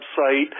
website